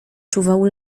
czuwał